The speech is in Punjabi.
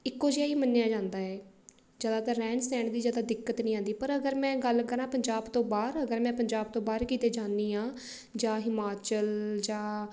ਇੱਕੋ ਜਿਹਾ ਹੀ ਮੰਨਿਆ ਜਾਂਦਾ ਹੈ ਜ਼ਿਆਦਾਤਰ ਰਹਿਣ ਸਹਿਣ ਦੀ ਜ਼ਿਆਦਾ ਦਿੱਕਤ ਨਹੀਂ ਆਉਂਦੀ ਪਰ ਅਗਰ ਮੈਂ ਗੱਲ ਕਰਾਂ ਪੰਜਾਬ ਤੋਂ ਬਾਹਰ ਅਗਰ ਮੈਂ ਪੰਜਾਬ ਤੋਂ ਬਾਹਰ ਕਿਤੇ ਜਾਂਦੀ ਹਾਂ ਜਾਂ ਹਿਮਾਚਲ ਜਾਂ